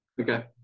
okay